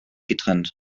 getrennt